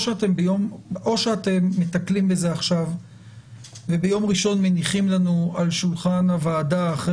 או שאתם מטפלים בזה עכשיו וביום ראשן מניחים לנו על שולחן הועדה אחרי